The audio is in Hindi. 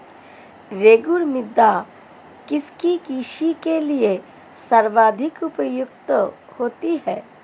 रेगुड़ मृदा किसकी कृषि के लिए सर्वाधिक उपयुक्त होती है?